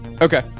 okay